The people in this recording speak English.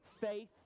faith